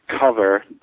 cover